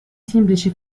semplice